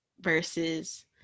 versus